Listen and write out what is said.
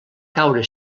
caure